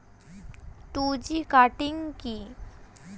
Two G cutting কি?